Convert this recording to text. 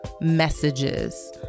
messages